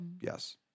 yes